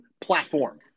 platform